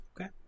Okay